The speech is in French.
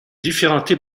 différentes